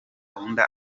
abanya